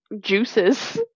juices